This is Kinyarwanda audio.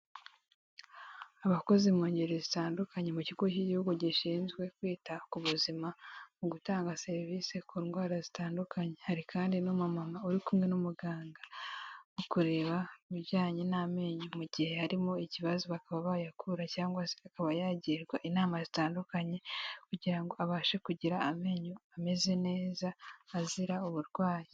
Abakozi mu ngeri zitandukanye mu kigo cy'igihugu gishinzwe kwita ku buzima, mu gutanga serivisi ku ndwara zitandukanye, hari kandi n'umumama uri kumwe n'umuganga, mu kureba ibijyanye n'amenyo, mu gihe harimo ikibazo bakaba bayakura cyangwa se akaba yagirwa inama zitandukanye kugira ngo abashe kugira amenyo ameze neza, azira uburwayi.